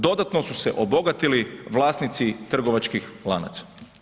Dodatno su se obogatili vlasnici trgovačkih lanaca.